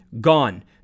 gone